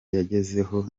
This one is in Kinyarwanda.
yangezeho